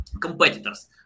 competitors